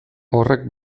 horrek